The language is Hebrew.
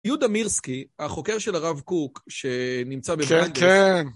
יהודה מירסקי, החוקר של הרב קוק, שנמצא בברנדס. כן, כן.